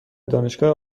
دانشگاه